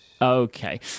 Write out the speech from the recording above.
Okay